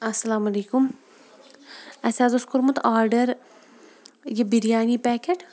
اَسَلامُ علیکُم اَسہِ حظ اوس کوٚرمُت آرڈر یہِ بِریانی پیکیٹ